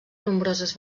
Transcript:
nombroses